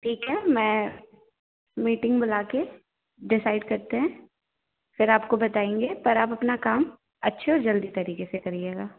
ठीक है मैं मीटिंग बुला के डिसाइड करते हैं फिर आपको बताएँगे पर आप अपना काम अच्छे और जल्दी तरीके से करिएगा